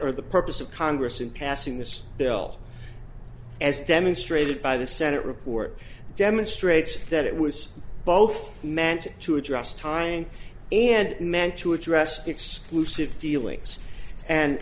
or the purpose of congress in passing this bill as demonstrated by the senate report demonstrates that it was both meant to address timing and meant to address exclusive dealings and